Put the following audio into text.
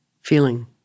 feeling